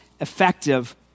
effective